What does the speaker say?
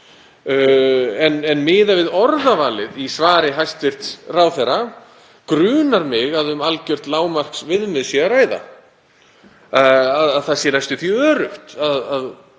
en miðað við orðavalið í svari hæstv. ráðherra grunar mig að um algjört lágmarksviðmið sé að ræða, að það sé næstum því öruggt